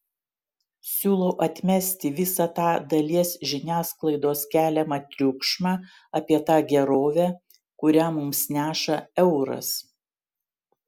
siūlau atmesti visą tą dalies žiniasklaidos keliamą triukšmą apie tą gerovę kurią mums neša euras